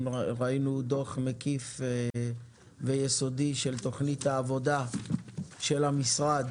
ראינו דוח מקיף ויסודי של תוכנית העבודה של המשרד,